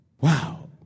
Wow